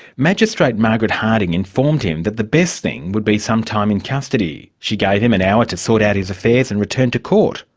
magistrate margaret harding informed him that the best thing would be some time in custody. she gave him an hour to sort out his affairs and return to court,